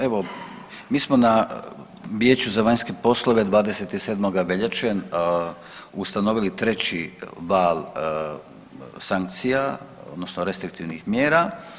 Evo mi smo na Vijeću za vanjske poslove 27. veljače ustanovili treći val sankcija, odnosno restriktivnih mjera.